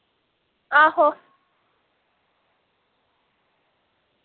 आहो